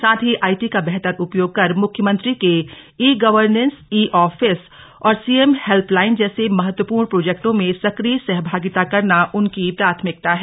साथ ही आईटी का बेहतर उपयोग कर मुख्यमंत्री के ई गवर्नेस ई ऑफिस और सीएम हेल्पलाइन जैसे महत्वपूर्ण प्रोजेक्टों में सक्रिय सहभागिता करना उनकी प्राथमिकता है